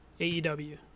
AEW